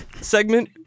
segment